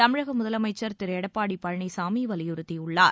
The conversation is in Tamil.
தமிழக முதலமைச்சர் திரு எடப்பாடி பழனிசாமி வலியுறுத்தியுள்ளார்